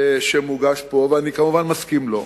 שמוגש פה, ואני כמובן מסכים לו,